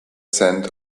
scent